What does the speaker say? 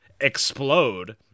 explode